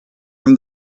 from